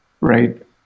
Right